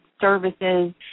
services